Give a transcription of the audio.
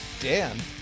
dan